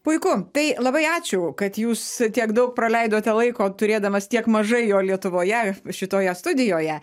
puiku tai labai ačiū kad jūs tiek daug praleidote laiko turėdamas tiek mažai jo lietuvoje šitoje studijoje